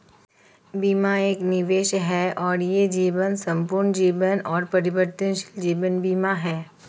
बीमा एक निवेश है और यह जीवन, संपूर्ण जीवन और परिवर्तनशील जीवन बीमा है